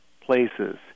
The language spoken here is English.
places